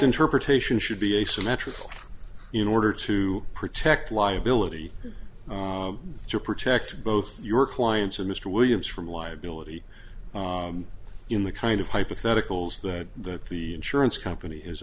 interpretation should be asymmetrical in order to protect liability to protect both your clients and mr williams from liability in the kind of hypotheticals that the insurance company has